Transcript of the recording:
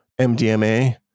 MDMA